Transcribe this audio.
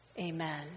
Amen